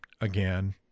again